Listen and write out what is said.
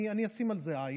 אני אשים על זה עין.